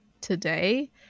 today